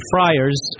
Friars